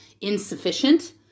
insufficient